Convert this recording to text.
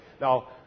Now